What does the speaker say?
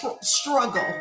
struggle